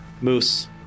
moose